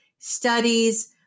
studies